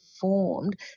formed